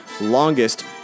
longest